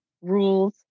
rules